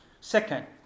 Second